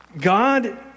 God